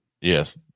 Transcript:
yes